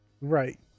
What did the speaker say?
right